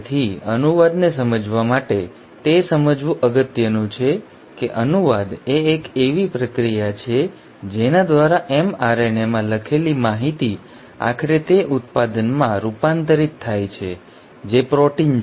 તેથી અનુવાદને સમજવા માટે તે સમજવું અગત્યનું છે કે અનુવાદ એ એક પ્રક્રિયા છે જેના દ્વારા એમRNAમાં લખેલી માહિતી આખરે તે ઉત્પાદનમાં રૂપાંતરિત થાય છે જે પ્રોટીન છે